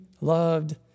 loved